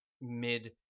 mid